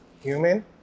human